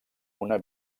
una